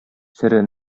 сере